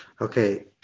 okay